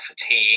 fatigue